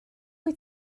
wyt